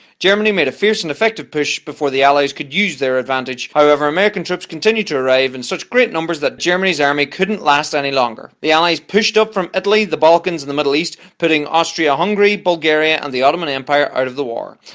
germany made a fierce and effective push before the allies could use their advantage. however, american troops continued to arrive in such great numbers that germany's army couldn't last any longer. the allies pushed up from italy, the balkans, and the middle east putting austria-hungary, bulgaria and the ottoman empire out of the war.